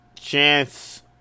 chance